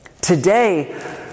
Today